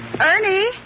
Ernie